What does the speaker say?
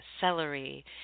celery